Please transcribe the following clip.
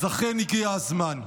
אז אכן, הגיע הזמן.